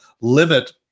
limit